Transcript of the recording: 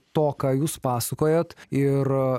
to ką jūs pasakojat ir